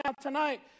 tonight